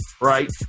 right